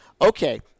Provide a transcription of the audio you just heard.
okay